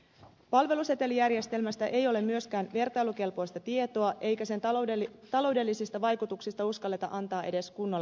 palvelusetelijärjestelmästä ei ole myöskään vertailukelpoista tietoa eikä sen taloudellisista vaikutuksista uskalleta antaa edes kunnolla arvioita